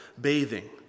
bathing